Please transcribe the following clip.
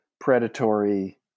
predatory